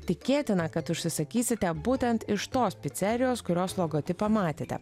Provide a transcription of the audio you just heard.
tikėtina kad užsisakysite būtent iš tos picerijos kurios logotipą matėte